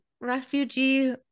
refugee